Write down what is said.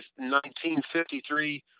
1953